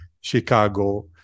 Chicago